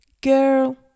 girl